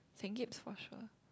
Saint-Gabe's for sure